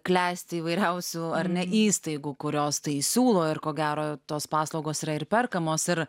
klesti įvairiausių ar ne įstaigų kurios tai siūlo ir ko gero tos paslaugos yra ir perkamos ir